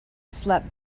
slept